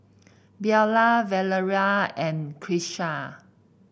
Bella Valeria and Kisha